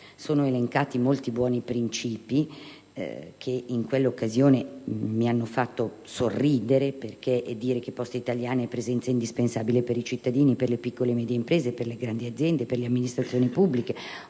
sono elencati molti buoni principi (che in questa occasione mi hanno fatto sorridere): «Poste Italiane è presenza indispensabile per i cittadini, per le piccole e medie imprese, per le grandi aziende, per le amministrazioni pubbliche.